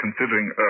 Considering